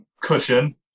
cushion